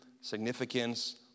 significance